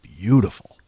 beautiful